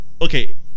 okay